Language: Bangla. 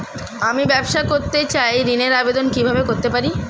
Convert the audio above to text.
আমি ব্যবসা করতে চাই ঋণের আবেদন কিভাবে করতে পারি?